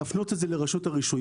להפנות את זה לרשות הרישוי.